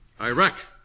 Iraq